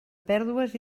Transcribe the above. pèrdues